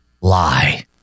lie